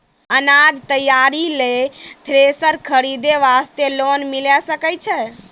अनाज तैयारी लेल थ्रेसर खरीदे वास्ते लोन मिले सकय छै?